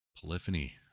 Polyphony